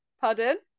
Pardon